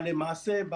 אבל למעשה,